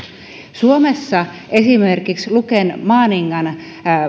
suomessa esimerkiksi luken maaningan